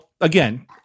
again